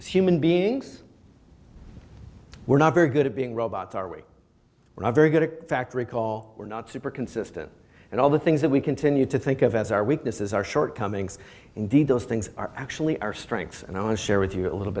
as human beings we're not very good at being robots are we we're not very good at factory call we're not super consistent and all the things that we continue to think of as our weaknesses our shortcomings indeed those things are actually our strengths and i want to share with you a little